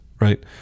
Right